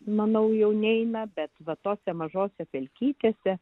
manau jau neina bet vat tose mažose pelkytėse